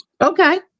Okay